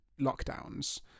lockdowns